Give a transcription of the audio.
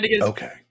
okay